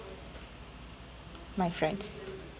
my friends